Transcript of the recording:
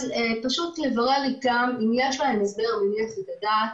אחר כך מבררים איתם אם יש להם הסבר מניח את הדעת